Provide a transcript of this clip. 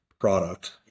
product